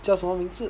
叫什么名字